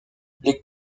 les